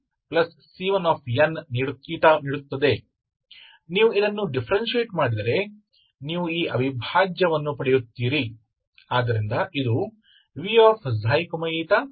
ನೀವು ಇದನ್ನು ಡಿಫರೆನ್ಶಿಯೇಟ್ ಮಾಡಿದರೆ ನೀವು ಈ ಅವಿಭಾಜ್ಯವನ್ನು ಪಡೆಯುತ್ತೀರಿ